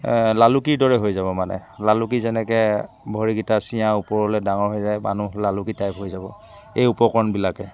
লালুকিৰ দৰে হৈ যাব মানে লালুকি যেনেকৈ ভৰি কিটা চিঞা ওপৰলৈ ডাঙৰ হৈ যায় মানুহ লালুকি টাইপ হৈ যাব এই উপকৰণবিলাকে